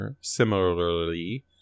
similarly